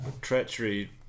Treachery